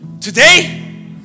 Today